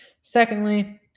Secondly